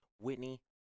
Whitney